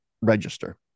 register